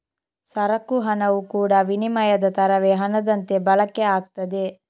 ಸರಕು ಹಣವು ಕೂಡಾ ವಿನಿಮಯದ ತರವೇ ಹಣದಂತೆ ಬಳಕೆ ಆಗ್ತದೆ